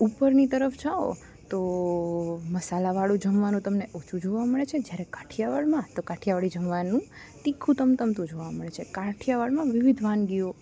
ઉપરની તરફ જાઓ તો મસાલાવાળું જમવાનું તમને ઓછું જોવા મળે છે જ્યારે કાઠિયાવાડમાં તો કાઠિયાવાડી જમવાનું તીખું તમતમતું જોવા મળે છે કાઠિયાવાડમાં વિવિધ વાનગીઓ